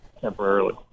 temporarily